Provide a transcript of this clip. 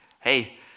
hey